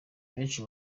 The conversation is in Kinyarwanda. benshi